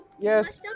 Yes